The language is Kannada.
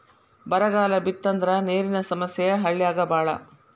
ಬರಗಾಲ ಬಿತ್ತಂದ್ರ ನೇರಿನ ಸಮಸ್ಯೆ ಹಳ್ಳ್ಯಾಗ ಬಾಳ